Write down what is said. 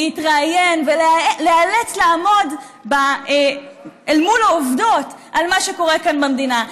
להתראיין ולהיאלץ לעמוד אל מול העובדות על מה שקורה כאן במדינה.